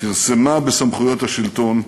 כרסמה בסמכויות השלטון,